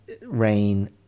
Rain